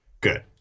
good